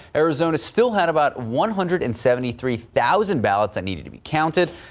arizona still had about one hundred and seventy three thousand ballots that need to be counted.